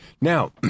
Now